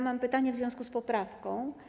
Mam pytanie w związku z poprawką.